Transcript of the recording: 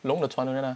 龙的传人 ah